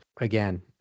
again